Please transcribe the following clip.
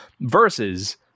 versus